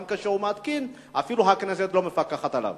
גם כשהוא מתקין, אפילו הכנסת לא מפקחת עליו.